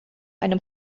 einem